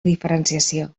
diferenciació